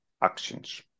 actions